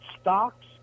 Stocks